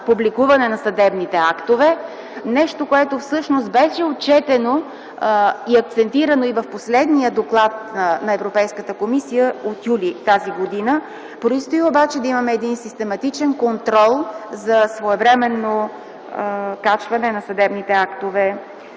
публикуване на съдебните актове, което беше отчетено и акцентирано в последния доклад на Европейската комисия от юли т.г. Предстои обаче да имаме систематичен контрол за своевременно качване на съдебните актове